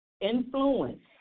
influence